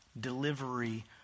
delivery